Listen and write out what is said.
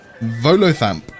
Volothamp